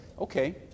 Okay